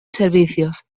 servicios